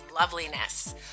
loveliness